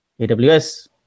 AWS